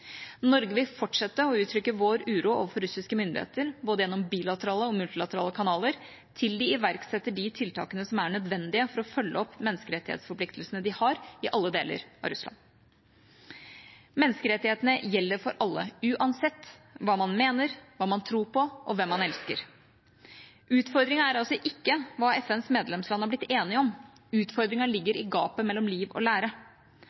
Norge vil fortsette å uttrykke sin uro overfor russiske myndigheter, gjennom både bilaterale og multilaterale kanaler, til de iverksetter de tiltakene som er nødvendige for å følge opp menneskerettighetsforpliktelsene de har i alle deler av Russland. Menneskerettighetene gjelder for alle, uansett hva man mener, hva man tror på, og hvem man elsker. Utfordringen er altså ikke hva FNs medlemsland har blitt enige om. Utfordringen ligger i gapet mellom liv og lære.